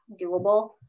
doable